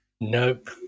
Nope